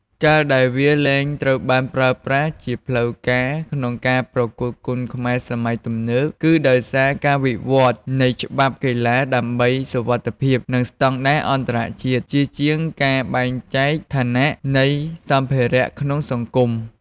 ការដែលវាលែងត្រូវបានប្រើប្រាស់ជាផ្លូវការក្នុងការប្រកួតគុនខ្មែរសម័យទំនើប គឺដោយសារការវិវត្តន៍នៃច្បាប់កីឡាដើម្បីសុវត្ថិភាព និងស្តង់ដារអន្តរជាតិ ជាជាងការបែងចែកឋានៈនៃសម្ភារៈក្នុងសង្គម។